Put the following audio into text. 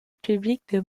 publique